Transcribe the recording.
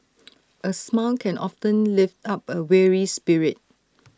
A smile can often lift up A weary spirit